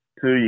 Two